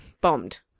bombed